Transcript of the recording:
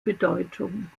bedeutung